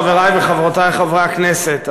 חברי וחברותי חברי הכנסת,